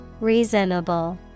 Reasonable